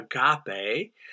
agape